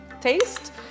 taste